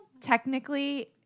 Technically